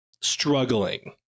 struggling